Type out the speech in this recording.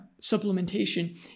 supplementation